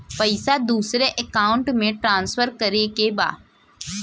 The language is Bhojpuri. पैसा दूसरे अकाउंट में ट्रांसफर करें के बा?